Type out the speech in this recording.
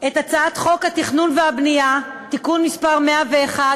את הצעת חוק התכנון והבנייה (תיקון מס' 101),